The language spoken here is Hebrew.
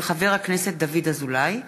של חבר הכנסת דוד אזולאי,